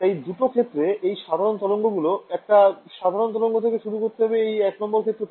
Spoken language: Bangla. তাই দুটো ক্ষেত্রে এই সাধারণ তরঙ্গ গুলো একটা সাধারণ তরঙ্গ থেকে শুরু করতে হবে এই ১ নং ক্ষেত্র থেকে